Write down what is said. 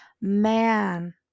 man